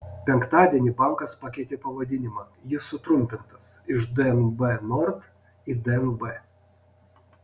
penktadienį bankas pakeitė pavadinimą jis sutrumpintas iš dnb nord į dnb